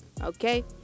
Okay